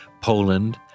Poland